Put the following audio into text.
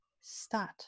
start